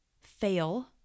fail